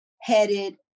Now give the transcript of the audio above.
headed